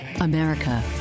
America